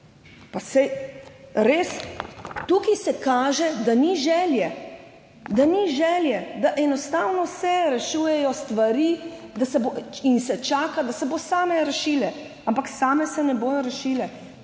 Tukaj se kaže, da ni želje. Da ni želje, da se enostavno rešujejo stvari, da se čaka, da se bodo same rešile. Ampak same se ne bodo rešile,